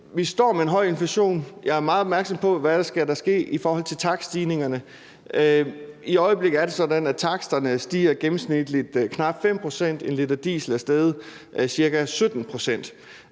vi står med en høj inflation. Jeg er meget opmærksom på, hvad der skal ske i forhold til takststigningerne. I øjeblikket er det sådan, at taksterne stiger gennemsnitligt knap 5 pct., og 1 l diesel er steget ca. 17